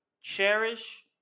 cherish